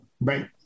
Right